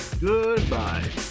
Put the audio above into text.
goodbye